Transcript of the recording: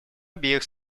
обеих